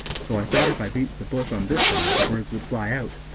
so i thought if i beat the bush on this side the birds would fly out,